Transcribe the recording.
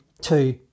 two